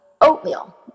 oatmeal